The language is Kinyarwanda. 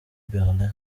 berlin